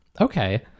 okay